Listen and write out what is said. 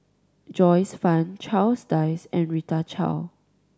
Joyce Fan Charles Dyce and Rita Chao